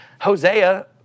Hosea